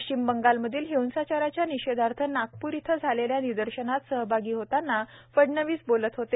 पश्चिम बंगालमधील हिंसाचाराच्या निषेधार्थ नागपूर येथे झालेल्या निदर्शनात सहभागी होताना फडणवीस बोलत होते